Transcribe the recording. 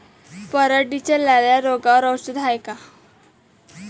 पराटीच्या लाल्या रोगावर औषध हाये का?